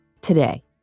today